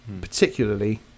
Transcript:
particularly